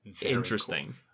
interesting